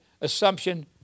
assumption